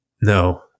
No